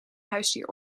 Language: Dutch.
huisdier